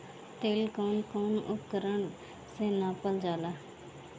तेल कउन कउन उपकरण से नापल जाला?